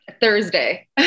Thursday